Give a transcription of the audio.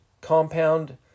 compound